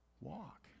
walk